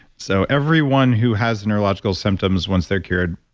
so everyone who has neurological symptoms, once they're cured,